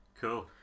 cool